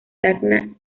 tacna